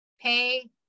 Pay